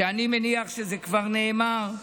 ואני מניח שזה כבר נאמר.